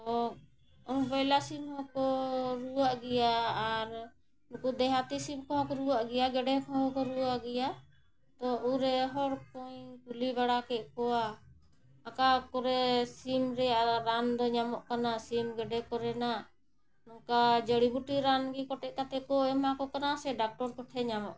ᱵᱚᱭᱞᱟ ᱥᱤᱢ ᱦᱚᱸᱠᱚ ᱨᱩᱣᱟᱹᱜ ᱜᱮᱭᱟ ᱟᱨ ᱱᱩᱠᱩ ᱫᱮᱦᱟᱛᱤ ᱥᱤᱢ ᱠᱚᱦᱚᱸ ᱠᱚ ᱨᱩᱣᱟᱹᱜ ᱜᱮᱭᱟ ᱜᱮᱰᱮ ᱠᱚᱦᱚᱸ ᱠᱚ ᱨᱩᱣᱟᱹᱜ ᱜᱮᱭᱟ ᱛᱳ ᱩᱲᱨᱮ ᱦᱚᱲ ᱠᱚᱧ ᱠᱩᱞᱤ ᱵᱟᱲᱟ ᱠᱮᱫ ᱠᱚᱣᱟ ᱟᱠᱟ ᱠᱚᱨᱮ ᱥᱤᱢ ᱨᱮᱭᱟᱜ ᱨᱟᱱᱫᱚ ᱧᱟᱢᱚᱜ ᱠᱟᱱᱟ ᱥᱤᱢ ᱜᱮᱰᱮ ᱠᱚᱨᱮᱱᱟᱜ ᱱᱚᱝᱠᱟ ᱡᱟᱹᱲᱤᱼᱵᱩᱴᱤ ᱨᱟᱱᱜᱮ ᱠᱚᱴᱮᱡ ᱠᱟᱛᱮᱫ ᱠᱚ ᱮᱢᱟ ᱠᱚ ᱠᱟᱱᱟ ᱥᱮ ᱰᱟᱠᱴᱚᱨ ᱠᱚᱴᱷᱮᱱ ᱧᱟᱢᱚᱜ ᱠᱟᱱᱟ